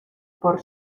por